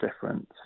difference